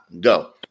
go